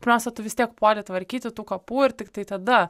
pirmiausia tu vis tiek puoli tvarkyti tų kapų ir tiktai tada